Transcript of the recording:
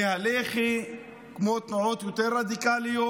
ושל הלח"י, כמו תנועות יותר רדיקליות.